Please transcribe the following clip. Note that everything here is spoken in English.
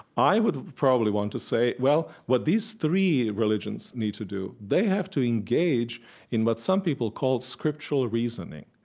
i would probably want to say, well, what these three religions need to do, they have to engage in what some people call scriptural reasoning.